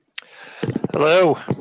Hello